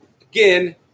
again